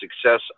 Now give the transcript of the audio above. success